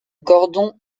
cordon